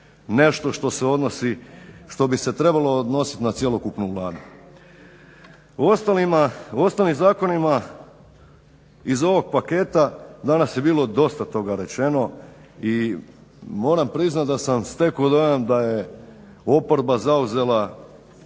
odnosi, što bi se trebalo odnositi na cjelokupnu Vladu. O ostalim zakonima iz ovog paketa danas je bilo dosta toga rečeno i moram priznati da sam stekao dojam da je oporba zauzela